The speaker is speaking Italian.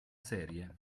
serie